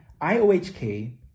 IOHK